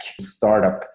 startup